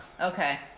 Okay